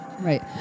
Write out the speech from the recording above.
right